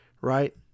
Right